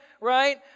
right